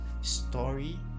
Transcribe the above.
story